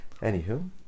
Anywho